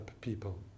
people